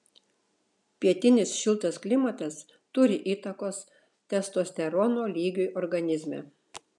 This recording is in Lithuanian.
pietinis šiltas klimatas turi įtakos testosterono lygiui organizme